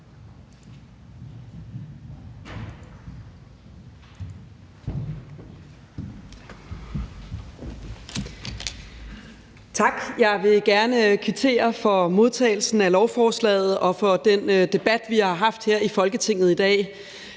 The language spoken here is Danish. Tak. Jeg vil gerne kvittere for modtagelsen af lovforslaget og for den debat, vi har haft her i Folketinget i dag.